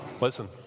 listen